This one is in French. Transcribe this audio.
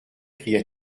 cria